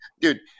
dude